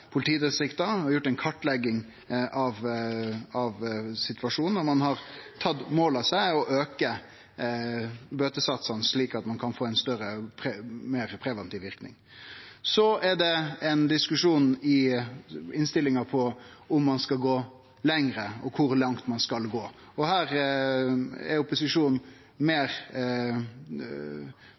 politidistrikta og kartlagt situasjonen, og ein har tatt mål av seg til å auke bøtesatsane, slik at dei kan få ein meir preventiv verknad. Så er det ein diskusjon i innstillinga på om ein skal gå lenger, og kor langt ein skal gå. Her meiner opposisjonen